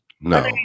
No